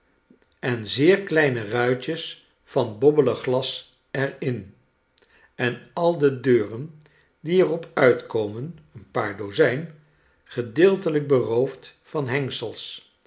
en zeer kleine ruitjes van bobbelig glas er in en al de deuren die er op uitkomen een paar dozijn gedeeltelijk beroofd van hengsels